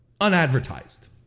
Unadvertised